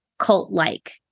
cult-like